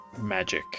magic